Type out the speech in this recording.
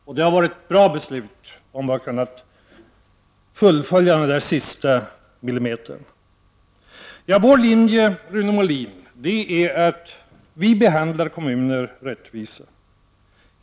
Det skulle kunna bli ett bra beslut om den sista millimetern fullföljs. Vår linje, Rune Molin, är att vi behandlar kommuner rättvist.